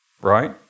Right